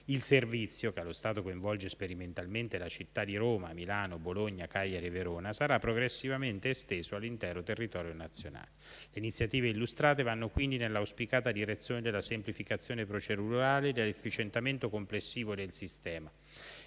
Il servizio, che allo stato coinvolge sperimentalmente le città di Roma, Milano, Bologna, Cagliari e Verona, sarà progressivamente esteso all'intero territorio nazionale. Le iniziative illustrate vanno quindi nell'auspicata direzione della semplificazione procedurale e dell'efficientamento complessivo del sistema.